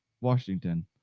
Washington